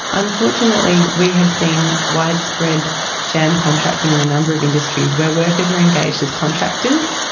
unfortunately we have seen widespread sham contracting in a number of industries where workers are engaged as contractors.